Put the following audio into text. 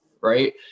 right